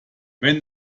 wenn